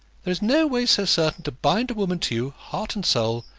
there is no way so certain to bind a woman to you, heart and soul,